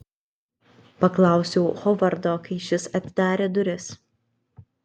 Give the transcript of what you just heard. paklausiau hovardo kai šis atidarė duris